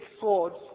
swords